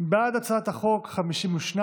בעד הצעת החוק, 52,